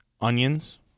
onions